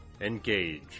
Engage